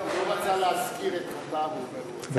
הוא לא רצה להזכיר את, בבקשה?